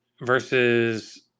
versus